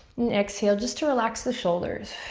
exhale, just to relax the shoulders.